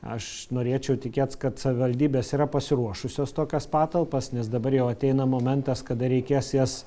aš norėčiau tikėt kad savivaldybės yra pasiruošusios tokias patalpas nes dabar jau ateina momentas kada reikės jas